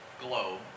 globe